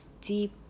deep